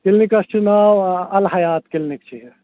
کِلنِکَس چھُ نٲو الحیات کِلنِک چھِ یہِ